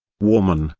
woman,